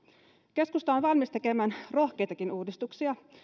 keskusta on valmis tekemään rohkeitakin uudistuksia